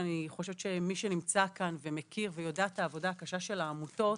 ואני חושבת שמי שנמצא כאן ומכיר ויודע את העבודה הקשה של העמותות,